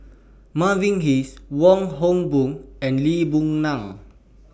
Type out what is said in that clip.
Mavis Hee Wong Hock Boon and Lee Boon Ngan